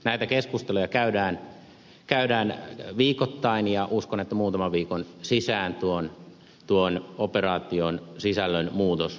näitä keskusteluja käydään viikoittain ja uskon että muutaman viikon sisällä tuon operaation sisällön muutos selviää